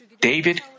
David